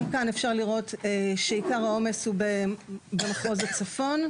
גם כאן אפשר לראות שעיקר העומס הוא במחוז הצפון.